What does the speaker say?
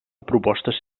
propostes